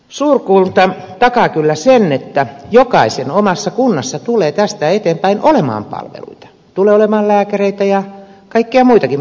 suurkunta takaa kyllä sen että jokaisen omassa kunnassa tulee tästä eteenpäin olemaan palveluita tulee olemaan lääkäreitä ja kaikkea muutakin mitä ihmiset tarvitsevat